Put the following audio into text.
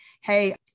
hey